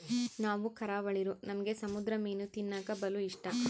ನಾವು ಕರಾವಳಿರೂ ನಮ್ಗೆ ಸಮುದ್ರ ಮೀನು ತಿನ್ನಕ ಬಲು ಇಷ್ಟ